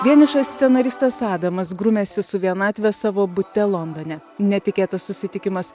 vienišas scenaristas adamas grumiasi su vienatve savo bute londone netikėtas susitikimas